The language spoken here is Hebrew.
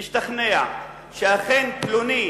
אשתכנע, שאכן פלוני